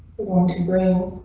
want to bring?